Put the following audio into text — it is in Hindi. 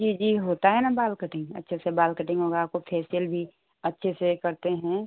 जी जी होता है ना बाल कटिंग अच्छे से बाल कटिंग होगा आपको फेसियल भी अच्छे से करते हैं